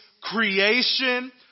creation